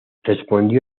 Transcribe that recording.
respondió